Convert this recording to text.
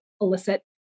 elicit